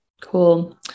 Cool